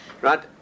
right